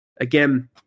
Again